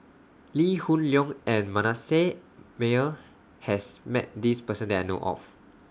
Lee Hoon Leong and Manasseh Meyer has Met This Person that I know of